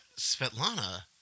Svetlana